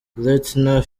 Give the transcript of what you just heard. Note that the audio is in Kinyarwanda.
lieutenant